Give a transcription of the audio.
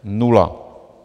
Nula!